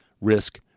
risk